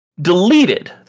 deleted